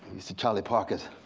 he said charlie parker,